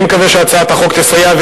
אני מקווה שהצעת החוק תסייע,